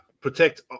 Protect